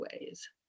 ways